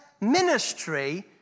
ministry